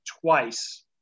twice